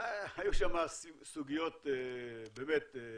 היו שם סוגיות באמת,